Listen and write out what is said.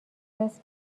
است